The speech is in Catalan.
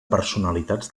personalitats